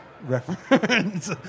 Reference